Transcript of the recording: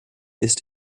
ist